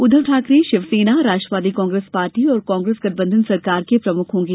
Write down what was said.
Uddhav Thackeray Shiv Sena Rashtrawadi Congress party और कांग्रेस गठबंधन सरकार के प्रमुख होंगे